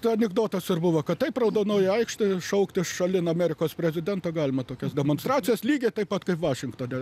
anekdotas ir buvo kad taip raudonoj aikštėj šaukti šalin amerikos prezidentą galima tokias demonstracijas lygiai taip pat kaip vašingtone